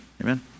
Amen